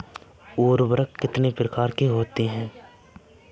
उर्वरक कितनी प्रकार के होते हैं?